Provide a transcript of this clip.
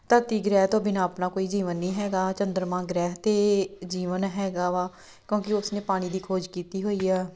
ਧਰਤੀ ਗ੍ਰਹਿ ਤੋਂ ਬਿਨਾਂ ਆਪਣਾ ਕੋਈ ਜੀਵਨ ਨਹੀਂ ਹੈਗਾ ਚੰਦਰਮਾ ਗ੍ਰਹਿ 'ਤੇ ਜੀਵਨ ਹੈਗਾ ਵਾ ਕਿਉਂਕਿ ਉਸ ਨੇ ਪਾਣੀ ਦੀ ਖੋਜ ਕੀਤੀ ਹੋਈ ਆ